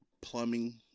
plumbing